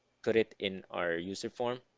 put it in our userform